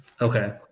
okay